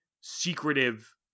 secretive